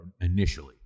initially